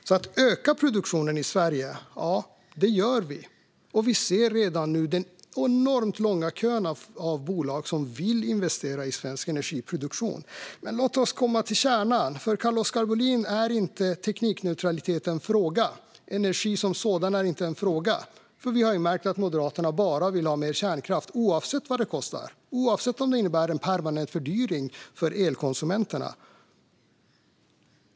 Vi ökar produktionen i Sverige, och vi ser redan nu den enormt långa kön av bolag som vill investera i svensk energiproduktion. Men låt oss komma till kärnan. För Carl-Oskar Bohlin är inte teknikneutralitet, eller energi som sådan, en fråga. Vi har ju märkt att Moderaterna bara vill ha mer kärnkraft, oavsett vad det kostar och oavsett om det innebär en permanent fördyring för elkonsumenterna.